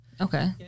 Okay